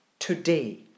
Today